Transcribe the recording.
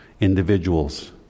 individuals